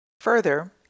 Further